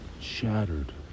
Shattered